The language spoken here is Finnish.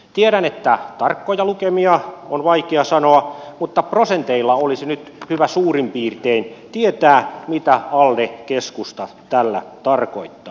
tiedän että tarkkoja lukemia on vaikea sanoa mutta prosenteissa olisi nyt hyvä suurin piirtein tietää mitä alde keskusta tällä tarkoittaa